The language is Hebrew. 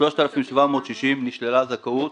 3,760 נשללה הזכאות